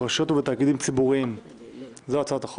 זה גם גברים חרדים, לא רק נשים חרדיות.